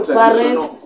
parents